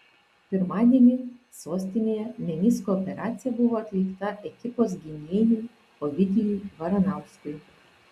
pirmadienį sostinėje menisko operacija buvo atlikta ekipos gynėjui ovidijui varanauskui